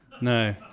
No